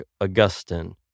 Augustine